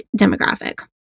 demographic